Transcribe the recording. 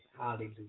hallelujah